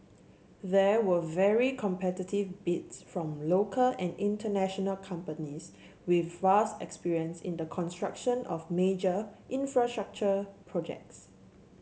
there were very competitive bids from local and international companies with vast experience in the construction of major infrastructure projects